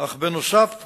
(לא נקראה, נמסרה לפרוטוקול)